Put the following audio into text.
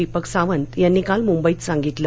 दीपक सावंत यांनी काल मुंबईत सांगितलं